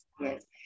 yes